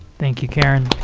thank you, karen.